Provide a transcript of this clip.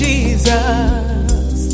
Jesus